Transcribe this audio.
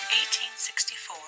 1864